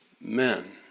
men